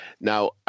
Now